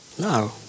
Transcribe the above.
No